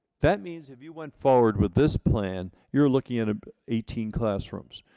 that means if you went forward with this plan you're looking at ah eighteen classrooms.